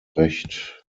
recht